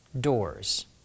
doors